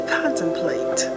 contemplate